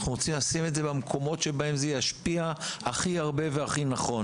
אנחנו רוצים לשים את זה במקומות שבהם זה ישפיע הכי הרבה והכי נכון.